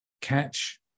catch